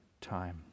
time